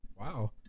Wow